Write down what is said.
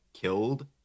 killed